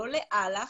לא לאל"ח,